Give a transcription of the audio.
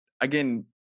Again